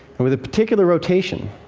and with a particular rotation,